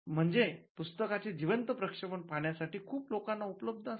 म्हणजे पुस्तकाचे जिवंत प्रक्षेपण पाहण्यासाठी खूप लोकांना उपलब्ध असते